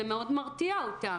זה מאוד מרתיע אותם.